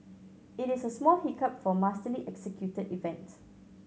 it is a small hiccup for a masterly executed event